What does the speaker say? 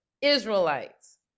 Israelites